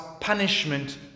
punishment